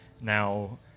now